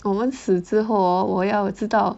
我们死之后 hor 我要知道